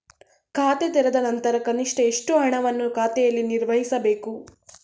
ಖಾತೆ ತೆರೆದ ನಂತರ ಕನಿಷ್ಠ ಎಷ್ಟು ಹಣವನ್ನು ಖಾತೆಯಲ್ಲಿ ನಿರ್ವಹಿಸಬೇಕು?